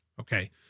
Okay